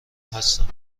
هستم